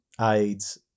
aids